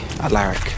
Alaric